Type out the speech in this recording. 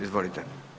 Izvolite.